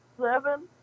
Seven